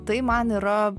tai man yra